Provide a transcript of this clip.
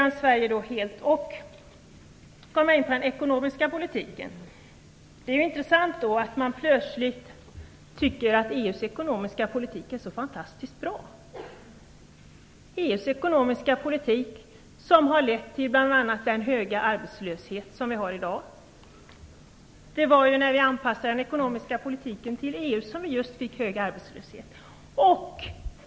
När det gäller den ekonomiska politiken är det intressant att man plötsligt tycker att EU:s ekonomiska politik är så fantastiskt bra - EU:s ekonomiska politik, som bl.a. har lett till den höga arbetslöshet som vi har i dag. Det var när vi anpassade den ekonomiska politiken till EU som vi fick just hög arbetslöshet.